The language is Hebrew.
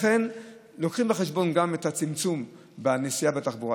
לכן מביאים בחשבון גם את הצמצום בנסיעה בתחבורה